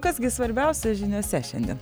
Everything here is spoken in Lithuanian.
kas gi svarbiausia žiniose šiandien